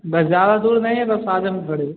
बस ज़्यादा दूर नहीं है बस आजमगढ़ ही